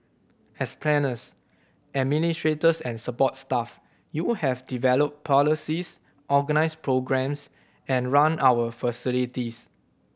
as planners administrators and support staff you have developed policies organised programmes and run our facilities